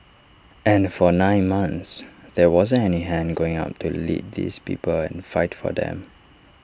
and for nine months there wasn't any hand going up to lead these people and fight for them